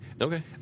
Okay